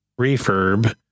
refurb